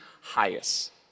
highest